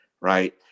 right